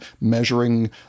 measuring